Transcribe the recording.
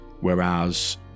Whereas